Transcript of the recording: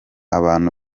abantu